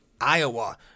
Iowa